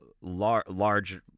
large